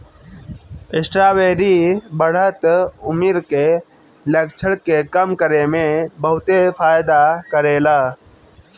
strawberry बढ़त उमिर के लक्षण के कम करे में बहुते फायदा करेला